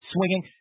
Swinging